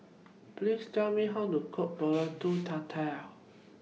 Please Tell Me How to Cook Pulut Tatal